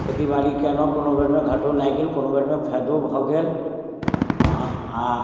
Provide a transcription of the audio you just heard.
खेती बाड़ी केलहुँ कोनो बेरमे घटो लागि गेल कोनो बेरमे फायदो भऽ गेल हँ आओर